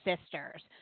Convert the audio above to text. Sisters